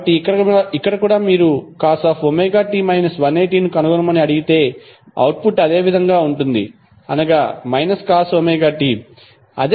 కాబట్టి ఇక్కడ కూడా మీరు cos ωt 180 ను కనుగొనమని అడిగితే అవుట్పుట్ అదే విధంగా ఉంటుంది అనగా cos ωt